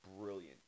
brilliant